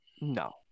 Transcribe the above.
No